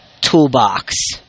toolbox